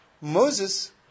Moses